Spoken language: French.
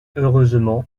heureusement